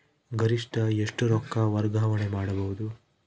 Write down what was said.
ಗರಿಷ್ಠ ಎಷ್ಟು ರೊಕ್ಕ ವರ್ಗಾವಣೆ ಮಾಡಬಹುದು?